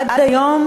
עד היום,